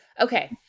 Okay